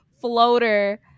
floater